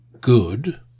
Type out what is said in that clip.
good